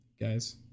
guys